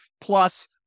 Plus